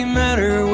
matter